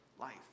life